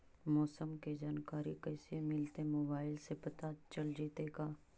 मौसम के जानकारी कैसे मिलतै मोबाईल से पता चल जितै का?